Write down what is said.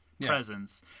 presence